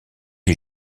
est